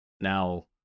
now